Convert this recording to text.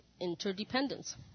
interdependence